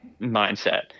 mindset